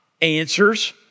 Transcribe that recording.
answers